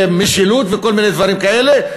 ומשילות וכל מיני דברים כאלה,